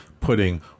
putting